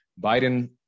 Biden